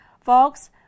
Folks